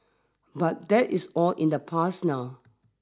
but that is all in the past now